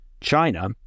China